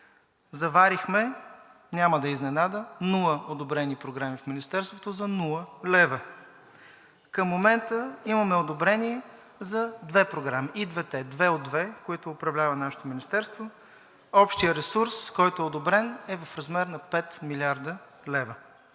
Заварихме, няма да е изненада, нула одобрени програми в Министерството за нула лева. Към момента имаме одобрени за две програми. И двете – две от две, които управлява нашето министерство, общият ресурс, който е одобрен, е в размер на 5 млрд. лв.